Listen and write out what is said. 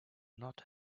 not